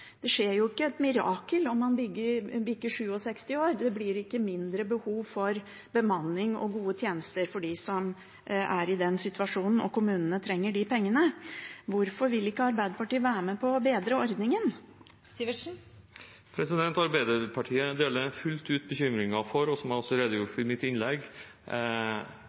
Det skjer jo ikke et mirakel om man bikker 67 år. Det blir ikke mindre behov for bemanning og gode tjenester for dem som er i den situasjonen, og kommunene trenger de pengene. Hvorfor vil ikke Arbeiderpartiet være med på å bedre ordningen? Arbeiderpartiet deler fullt ut den bekymringen, noe jeg også redegjorde for i mitt innlegg.